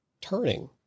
turning